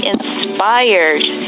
Inspired